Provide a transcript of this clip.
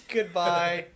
Goodbye